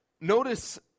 notice